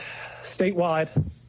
statewide